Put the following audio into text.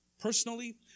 personally